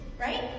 Right